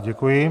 Děkuji.